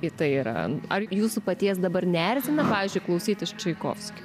į tai yra ar jūsų paties dabar neerzina pavyzdžiui klausytis čaikovskio